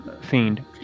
Fiend